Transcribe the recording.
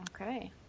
Okay